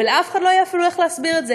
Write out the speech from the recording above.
ולאף אחד לא יהיה אפילו איך להסביר את זה,